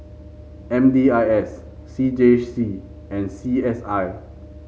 M D I S C J C and C S I